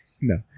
No